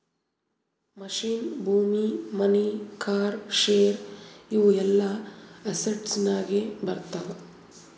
machine, ಭೂಮಿ, money, car, share ಇವು ಎಲ್ಲಾ ಅಸೆಟ್ಸನಾಗೆ ಬರ್ತಾವ